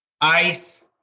ice